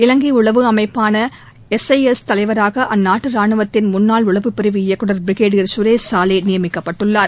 இலங்கை உளவு அமைப்பான எஸ்ஐஎஸ் தலைவராக அந்நாட்டு ராணுவத்தின் முன்னாள் உளவுப் பிரிவு இயக்குநர் பிரிகேடியர் சுரேஷ் சலாய் நியமிக்கப்பட்டுள்ளார்